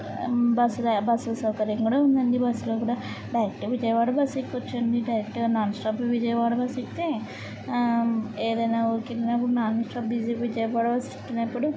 bus bus సౌకర్యం కూడా ఉందండి బస్సులో కూడా డైరెక్ట్గా విజయవాడ బస్ ఎక్కవచ్చు అండి డైరెక్ట్గా నాన్ స్టాప్ విజయవాడ బస్ ఎక్కితే ఏదైనా ఊరుకి వెళ్ళినప్పుడు నాన్స్టాప్ విజి విజయవాడ బస్సు ఎక్కినప్పుడు